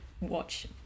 watch